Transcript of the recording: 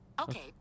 Okay